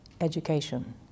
education